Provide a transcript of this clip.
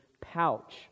pouch